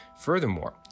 Furthermore